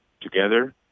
together